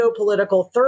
geopolitical